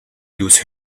lose